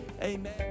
Amen